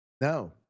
No